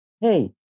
hey